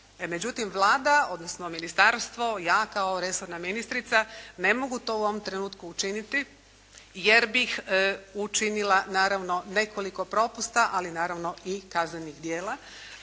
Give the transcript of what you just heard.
Međutim Vlada odnosno ministarstvo i ja kao resorna ministrica ne mogu to u ovom trenutku učiniti jer bih učinila naravno nekoliko propusta, ali naravno i kaznenih djela.